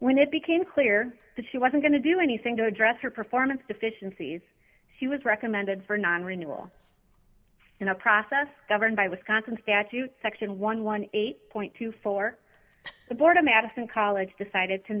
when it became clear that she wasn't going to do anything to address her performance deficiencies she was recommended for non renewal in a process governed by wisconsin statute section one hundred and eight point two four the board of madison college decided to